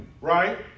right